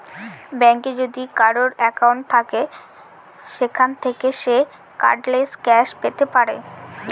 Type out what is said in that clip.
ব্যাঙ্কে যদি কারোর একাউন্ট থাকে সেখান থাকে সে কার্ডলেস ক্যাশ পেতে পারে